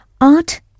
Art